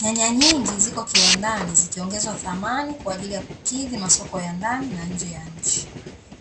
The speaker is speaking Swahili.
Nyanya nyingi ziko kiwandani zikiongezwa samani kwa ajili ya kukidhi masoko ya ndani na nje ya nchi.